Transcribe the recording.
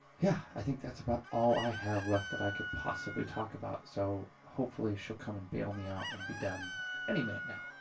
yeah. i think that's about all i have left that i could possibly talk about, so hopefully she'll come and bail me out and be done any minute now.